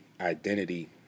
identity